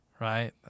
right